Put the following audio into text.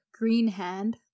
Greenhand